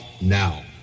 now